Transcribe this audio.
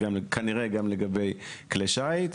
כנראה גם לגבי כלי שיט,